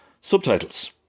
subtitles